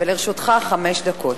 ולרשותך חמש דקות.